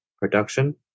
production